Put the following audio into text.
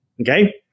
Okay